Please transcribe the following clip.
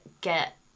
get